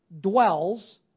dwells